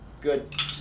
Good